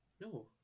No